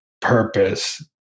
purpose